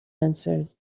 answered